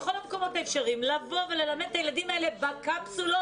בכל המקומות האפשריים לבוא וללמד את הילדים האלה בקפסולות.